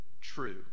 true